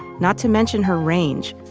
not to mention her range,